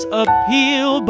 appeal